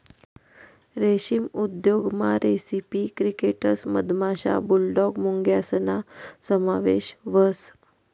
रेशीम उद्योगमा recipe crickets मधमाशा, बुलडॉग मुंग्यासना समावेश व्हस